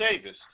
Davis